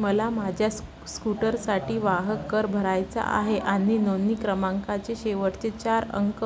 मला माझ्या स् स्कूटरसाठी वाहककर भरायचा आहे आणि नोंदणी क्रमांकाचे शेवटचे चार अंक